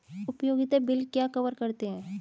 उपयोगिता बिल क्या कवर करते हैं?